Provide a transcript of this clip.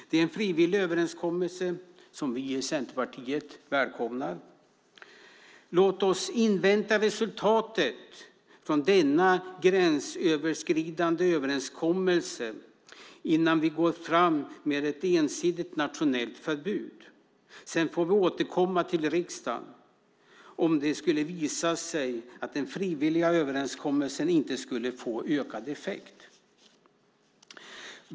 Det är en frivillig överenskommelse som vi i Centerpartiet välkomnar. Låt oss invänta resultatet från denna gränsöverskridande överenskommelse innan vi går fram med ett ensidigt nationellt förbud. Sedan får vi återkomma till riksdagen om det skulle visa sig att den frivilliga överenskommelsen inte får önskad effekt.